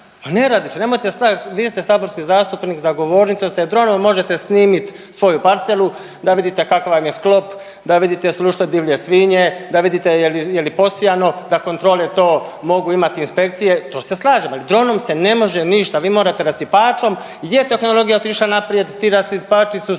ne radi se. Vi ste saborski zastupnik za govornicom ste. Dronom možete snimiti svoju parcelu da vidite kakav vam je sklop, da vidite jesu li ušle divlje svinje, da vidite je li posijano, da kontrole to mogu imati inspekcije to se slažem. Ali dronom se ne može ništa. Vi morate rasipačom, je tehnologija otišla naprijed. Ti rasipači su